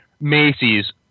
Macy's